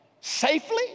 safely